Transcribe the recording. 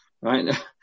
right